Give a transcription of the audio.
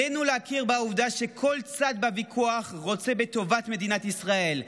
עלינו להכיר בעובדה שכל צד בוויכוח רוצה בטובת מדינת ישראל,